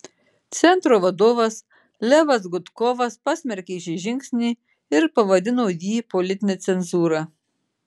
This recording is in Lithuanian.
centro vadovas levas gudkovas pasmerkė šį žingsnį ir pavadino jį politine cenzūra